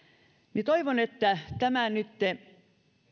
toivon että tämä nyt